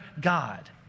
God